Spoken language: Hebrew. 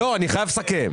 לא, אני חייב לסכם.